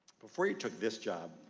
before you took this job,